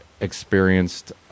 experienced